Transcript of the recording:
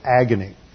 agony